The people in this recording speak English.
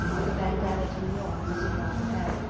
with a bandana tignon twisted about her head,